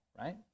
right